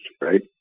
right